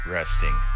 resting